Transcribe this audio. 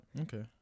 Okay